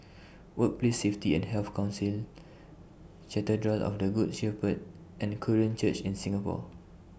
Workplace Safety and Health Council Cathedral of The Good Shepherd and Korean Church in Singapore